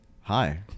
Hi